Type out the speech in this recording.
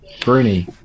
Bruni